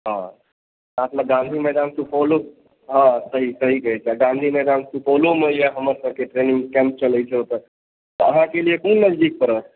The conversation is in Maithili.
हँ साथमे गांधी मैदानो सुपौलो हँ सही कहैत छियै गांधी मैदान सुपौलोमे यऽ हमर सभकेँ ट्रेनिंग कैम्प चलैत छै ओतय अहाँकें लिए कोन नजदीक परत